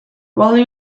value